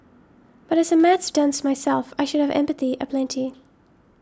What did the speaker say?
but as a maths dunce myself I should have empathy aplenty